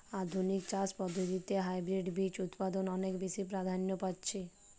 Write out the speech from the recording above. আধুনিক চাষ পদ্ধতিতে হাইব্রিড বীজ উৎপাদন অনেক বেশী প্রাধান্য পাচ্ছে